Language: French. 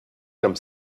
comme